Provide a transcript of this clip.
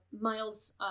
Miles